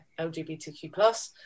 LGBTQ+